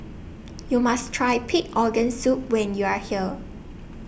YOU must Try Pig Organ Soup when YOU Are here